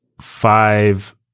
five